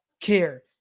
care